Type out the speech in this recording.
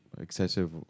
excessive